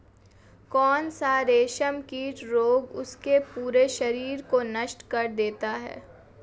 कौन सा रेशमकीट रोग उसके पूरे शरीर को नष्ट कर देता है?